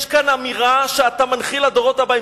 יש כאן אמירה שאתה מנחיל לדורות הבאים.